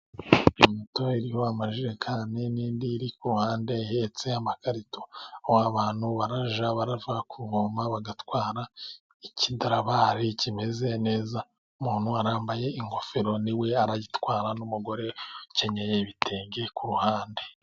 Moto iriho amajerekani n'indi iri ku ruhande ihetse amakarito ,aho abantu barajya barava kuvoma bagatwara ikidarabare kimeze neza .Umuntu anambaye ingofero ni we arayitwara n'umugore ukenyeye ibitenge ku ruhande.